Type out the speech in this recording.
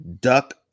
Duck